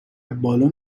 بالن